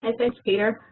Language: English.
and thanks peter.